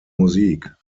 musik